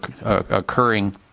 occurring